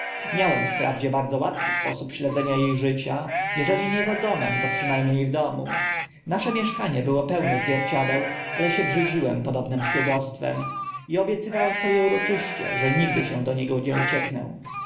wprawdzie bardzo łatwy sposób śledzenia e życia eżeli nie za domem to przyna mnie w domu nasze mieszkanie było pełne zwierciadeł ale się brzydziłem podobnym szpiegostwem i obiecywałem sobie uroczyście że nigdy się do niego nie ucieknę